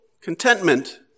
Contentment